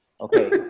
Okay